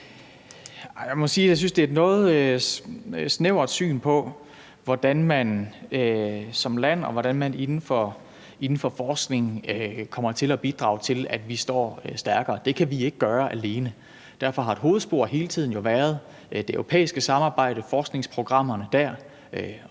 jeg synes, det er et noget snævert syn på, hvordan man som land og hvordan man inden for forskningen kommer til at bidrage til, at vi står stærkere. Det kan vi ikke gøre alene. Derfor har et hovedspor jo hele tiden været det europæiske samarbejde, forskningsprogrammerne dér